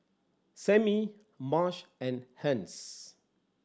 Samie Marsh and Hence